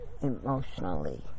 emotionally